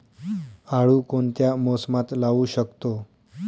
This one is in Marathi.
आळू कोणत्या मोसमात लावू शकतो?